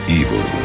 evil